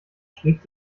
schlägt